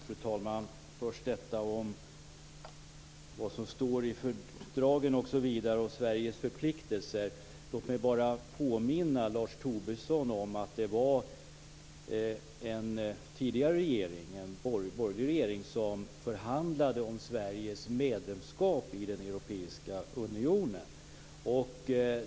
Fru talman! Först vill jag ta upp vad som står i fördragen om Sveriges förpliktelser. Låt mig bara påminna Lars Tobisson om att det var en tidigare regering, en borgerlig regering, som förhandlade om Sveriges medlemskap i den europeiska unionen.